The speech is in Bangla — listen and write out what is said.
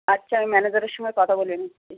আচ্ছা আমি ম্যানেজারের সঙ্গে কথা বলে নিচ্ছি